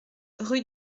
rue